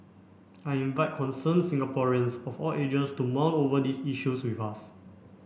I invite concerned Singaporeans of all ages to mull over these issues with us